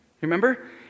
Remember